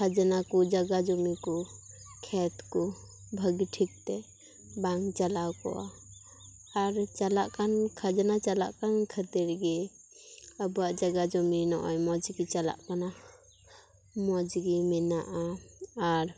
ᱠᱷᱟᱡᱽᱱᱟ ᱠᱚ ᱡᱟᱜᱟ ᱡᱚᱢᱤ ᱠᱚ ᱠᱷᱮᱛ ᱠᱚ ᱵᱷᱟᱹᱜᱤ ᱛᱷᱤᱠ ᱛᱮ ᱵᱟᱝ ᱪᱟᱞᱟᱣ ᱠᱚᱜᱼᱟ ᱟᱨ ᱪᱟᱞᱟᱜ ᱠᱟᱱ ᱠᱷᱟᱡᱽᱱᱟ ᱪᱟᱞᱟᱜ ᱠᱟᱱ ᱠᱷᱟᱹᱛᱤᱨ ᱜᱮ ᱟᱵᱚᱭᱟᱜ ᱡᱟᱜᱟ ᱡᱩᱢᱤ ᱱᱚᱜᱼᱚᱭ ᱢᱚᱡᱽ ᱜᱮ ᱪᱟᱞᱟᱜ ᱠᱟᱱᱟ ᱢᱚᱡᱽ ᱜᱮ ᱢᱮᱱᱟᱜᱼᱟ ᱟᱨ